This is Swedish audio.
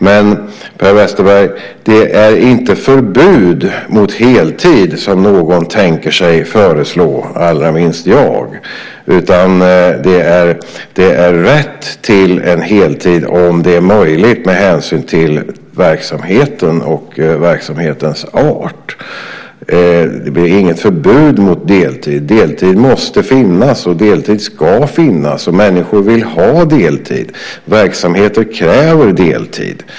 Men, Per Westerberg, det är inte förbud mot deltid som någon tänker sig föreslå och allra minst jag, utan det är rätt till heltid om detta är möjligt med hänsyn till verksamheten och verksamhetens art. Det blir inget förbud mot deltid. Deltid måste finnas, och deltid ska finnas. Människor vill ha deltid. Verksamheter kräver deltid.